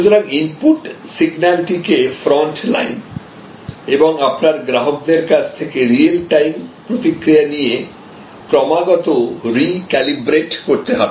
সুতরাং ইনপুট সিগন্যালটি কে ফ্রন্ট লাইন এবং আপনার গ্রাহকদের কাছ থেকে রিয়েল টাইম প্রতিক্রিয়া নিয়ে ক্রমাগত রিক্যালিব্রেট করতে হবে